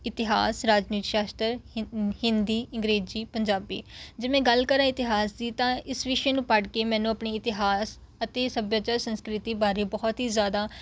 ਇਤਿਹਾਸ ਰਾਜਨੀਤੀ ਸ਼ਾਸ਼ਤਰ ਹਿੰਦ ਹਿੰਦੀ ਅੰਗਰੇਜ਼ੀ ਪੰਜਾਬੀ ਜੇ ਮੈਂ ਗੱਲ ਕਰਾਂ ਇਤਿਹਾਸ ਦੀ ਤਾਂ ਇਸ ਵਿਸ਼ੇ ਨੂੰ ਪੜ੍ਹਕੇ ਮੈਨੂੰ ਆਪਣੇ ਇਤਿਹਾਸ ਅਤੇ ਸੱਭਿਆਚਾਰ ਸੰਸ਼ਕ੍ਰਿਤੀ ਬਾਰੇ ਬਹੁਤ ਹੀ ਜ਼ਿਆਦਾ